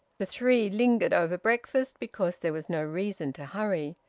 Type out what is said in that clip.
the three lingered over breakfast, because there was no reason to hurry.